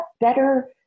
better